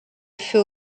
feu